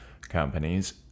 companies